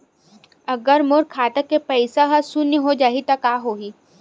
अगर मोर खाता के पईसा ह शून्य हो जाही त का होही?